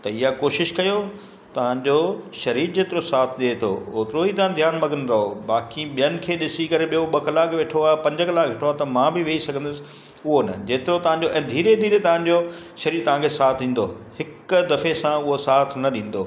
त इहा कोशिश कयो तव्हांजो सरीर जेतिरो साथु ॾिए थो ओतिरो ई था ध्यानु मग्न रहो बाक़ी ॿियनि खे ॾिसी करे ॿियो ॿ कलाक वेठो आहे पंज कलाक त मां बि वेही सघंदुसि उहो न जेतिरो तव्हांजो ऐं धीरे धीरे तव्हांजो सरीर तव्हांखे साथु ॾींदो हिकु दफ़े सां उहो साथु न ॾींदो